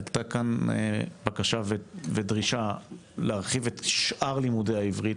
עלתה כאן בקשה ודרישה להרחיב את שאר לימודי העברית,